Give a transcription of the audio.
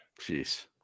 Jeez